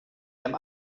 ihrem